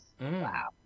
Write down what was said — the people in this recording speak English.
Wow